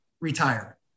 Retire